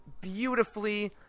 beautifully